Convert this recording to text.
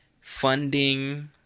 Funding